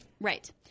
Right